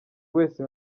wese